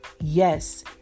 yes